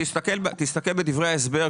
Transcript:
תסתכל בדברי ההסבר,